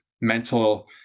mental